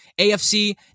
AFC